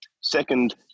Second